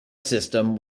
system